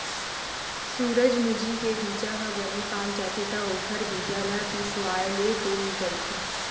सूरजमूजी के बीजा ह बने पाक जाथे त ओखर बीजा ल पिसवाएले तेल निकलथे